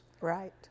Right